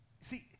See